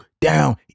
down